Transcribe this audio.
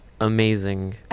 amazing